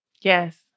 yes